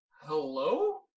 Hello